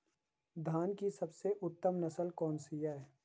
धान की सबसे उत्तम नस्ल कौन सी है?